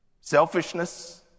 Selfishness